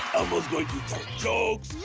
elmo's going to tell jokes.